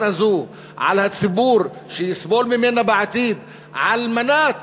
הזו על הציבור שיסבול ממנה בעתיד על מנת